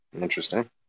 Interesting